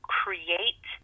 create